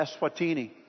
Eswatini